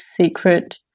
secret